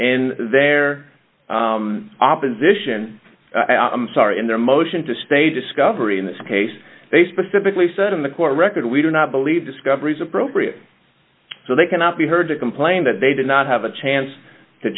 their opposition i'm sorry in their motion to stay discovery in this case they specifically said in the court record we do not believe discoveries appropriate so they cannot be heard to complain that they did not have a chance to